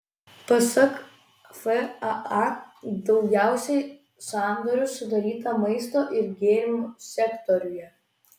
pasak faa daugiausiai sandorių sudaryta maisto ir gėrimų sektoriuje